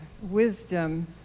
wisdom